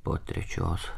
po trečios